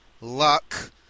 luck